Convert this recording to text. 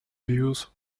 views